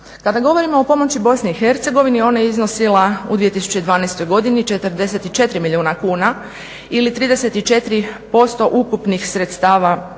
Kada govorimo o pomoći BIH ona je iznosila u 2012. godini 44 milijuna kuna ili 34% ukupnih sredstava